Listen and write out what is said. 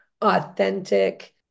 authentic